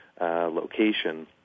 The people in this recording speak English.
location